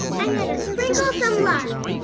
i'm gonna sprinkle some love.